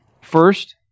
First